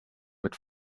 mit